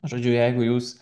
žodžiu jeigu jūs